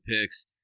picks